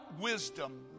wisdom